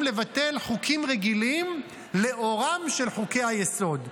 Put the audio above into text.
לבטל חוקים רגילים לאורם של חוקי-היסוד,